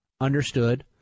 Understood